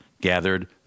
gathered